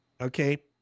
Okay